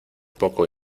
poco